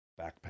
backpack